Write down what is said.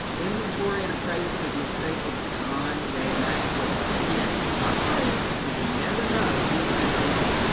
inventory and appraisement of the estate of john j. maxwell. again, not true, because you never know who's going to be on,